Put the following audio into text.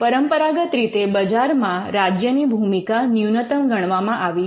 પરંપરાગત રીતે બજારમાં રાજ્યની ભૂમિકા ન્યૂનતમ ગણવામાં આવી છે